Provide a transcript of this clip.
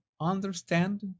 understand